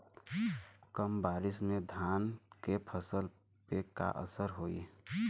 कम बारिश में धान के फसल पे का असर होई?